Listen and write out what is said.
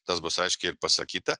tas bus aiškiai ir pasakyta